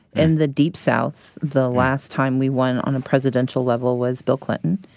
in the deep south, the last time we won on a presidential level was bill clinton,